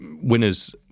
winners